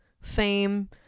fame